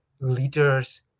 leaders